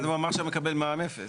הוא אמר שהוא מקבל מע"מ אפס,